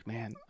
Man